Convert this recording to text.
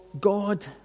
God